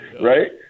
right